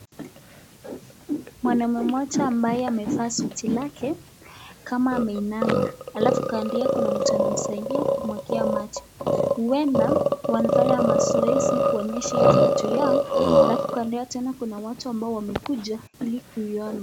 Mwanaume mmoja ambaye amevaa suti lake kama ameinama alafu kando yake kuna mtu anamsaidia kumwekea maji. Ueda wanafanya mazoezi kuonyesha hio kitu yao alafu kando yao tena kuna watu ambao wamekuja ili kuiona.